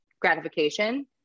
gratification